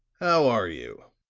how are you?